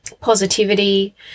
positivity